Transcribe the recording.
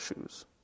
shoes